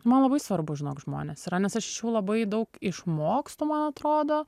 man labai svarbu žinok žmonės yra nes aš iš jų labai daug išmokstu man atrodo